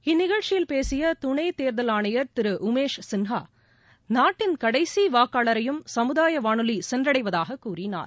இந்நிகழ்ச்சியில் பேசியதுணைத் தேர்தல் ஆணையர் திருஉமேஷ் சின்ஹா நாட்டின் கடைசிவாக்காளரையும் சமுதாயவானொலிசென்றடைவதாகக் கூறினார்